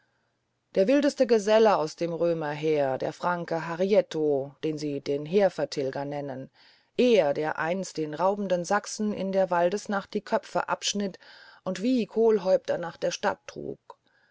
der wildeste gesell aus dem römerheer der franke harietto den sie den heervertilger nennen er der einst den raubenden sachsen in der waldesnacht die köpfe abschnitt und wie kohlhäupter nach der stadt trug